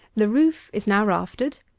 the roof is now raftered,